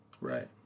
Right